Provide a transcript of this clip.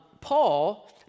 Paul